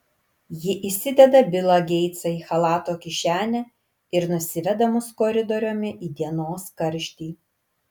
ji įsideda bilą geitsą į chalato kišenę ir nusiveda mus koridoriumi į dienos karštį